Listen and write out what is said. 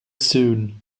soon